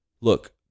look